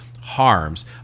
harms